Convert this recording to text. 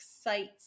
sites